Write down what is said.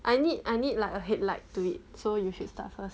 I need I need like a headlight to it so you headstart first